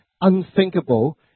unthinkable